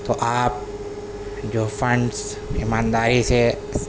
تو آپ جو فنٹس ایمانداری سے